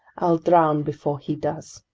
i'll drown before he does!